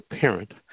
parent –